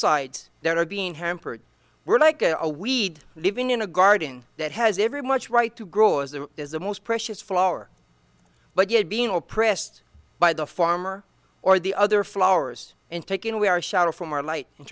sides that are being hampered we're like a weed living in a garden that has every much right to grow as there is the most precious flower but yet being oppressed by the farmer or the other flowers and taking away our shuttle from our light and